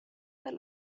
per